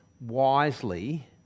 wisely